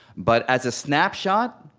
but as a snapshot,